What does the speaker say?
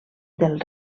del